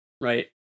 Right